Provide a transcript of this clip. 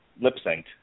lip-synced